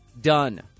done